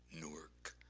newark,